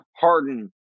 Harden